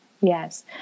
Yes